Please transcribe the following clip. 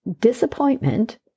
disappointment